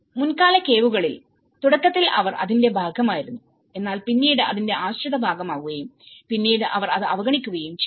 മുൻകാല കേവുകളിൽ തുടക്കത്തിൽ അവർ അതിന്റെ ഭാഗമായിരുന്നു എന്നാൽ പിന്നീട് അതിന്റെ ആശ്രിത ഭാഗമാകുകയുംപിന്നീട് അവർ അത് അവഗണിക്കുകയും ചെയ്തു